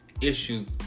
issues